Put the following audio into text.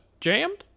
jammed